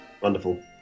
Wonderful